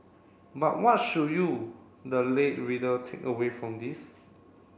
but what should you the lay reader take away from this